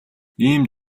ийм